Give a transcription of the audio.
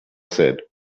said